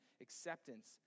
acceptance